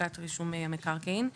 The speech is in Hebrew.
לשכת רישום המקרקעין.